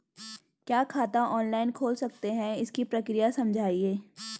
क्या खाता ऑनलाइन खोल सकते हैं इसकी प्रक्रिया समझाइए?